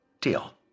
Deal